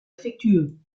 affectueux